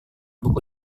buku